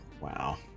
Wow